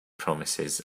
promises